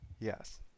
Yes